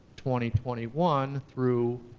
twenty twenty one through